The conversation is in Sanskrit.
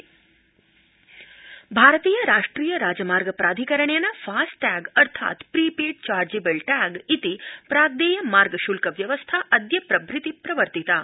फास्ट टैग व्यवस्था भारतीय राष्ट्रिय राजमार्ग प्राधिकरणेन फास्ट टैग अर्थात् प्रीपेड चार्जेबल टैग इति प्राग्देय मार्ग श्ल्क व्यवस्था अद्य प्रभृति प्रवर्तिता